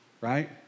right